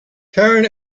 karen